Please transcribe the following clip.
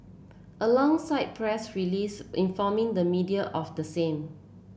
alongside press release informing the media of the same